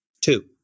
Two